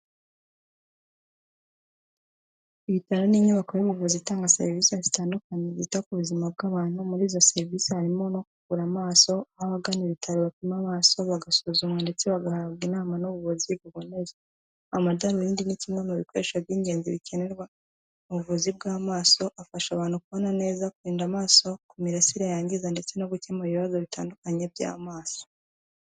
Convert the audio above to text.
Ibitaro ni inyubako y'umuvuzi itanga serivise zitandukanye zita ku buzima bw'abantu, muri izo serivise harimo no kuvura amaso, aho abagana ibitaro babapima amaso, bagasuzumwa ndetse bagahabwa inama n'ubuvuzi buboneye. Amadarubindi ni kimwe mu bikoresho by'ingenzi bikenerwa mu buvuzi bw'amaso, afasha abantu kubona neza, kurinda amaso ku mirasire yangiza ndetse no gukemura ibibazo bitandukanye by'amaso.